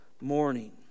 morning